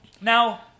Now